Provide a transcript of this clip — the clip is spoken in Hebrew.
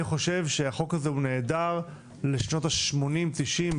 אני חושב שהחוק הזה הוא נהדר לשנות השמונים-תשעים,